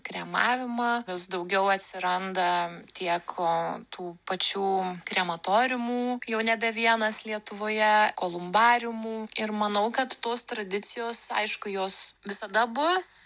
kremavimą vis daugiau atsiranda tiek tų pačių krematoriumų jau nebe vienas lietuvoje kolumbariumų ir manau kad tos tradicijos aišku jos visada bus